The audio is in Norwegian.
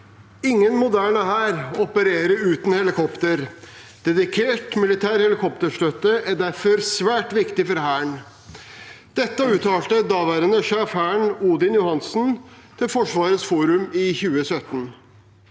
«Ingen moderne hær opererer uten helikopter. Dedikert militær helikopterstøtte er derfor svært viktig for Hæren.» Dette uttalte daværende sjef i Hæren Odin Johansen til Forsvarets forum i 2017.